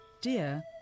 Dear